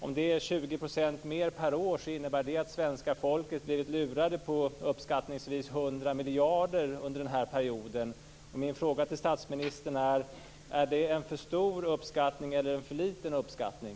Om det var 20 % mer per år innebär det att svenska folket blivit lurade på uppskattningsvis 100 miljarder under denna period. Min fråga till statsministern är följande: Är det är en för hög uppskattning eller en för låg uppskattning?